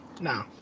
No